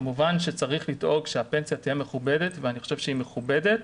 כמובן שצריך לדאוג שהפנסיה תהיה מכובדת ואני חשוב שהיא מכובדת